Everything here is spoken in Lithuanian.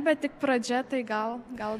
bet tik pradžia tai gal gal